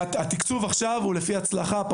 התיקצוב עכשיו הוא לפי הצלחה,